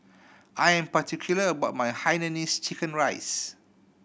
I am particular about my hainanese chicken rice